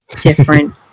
different